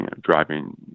driving